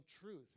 truth